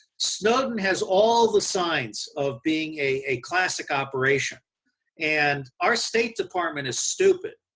snowden has all the signs of being a classic operation and our state department is stupid,